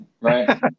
right